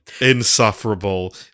insufferable